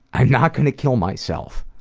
i'm not going to kill myself.